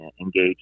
engage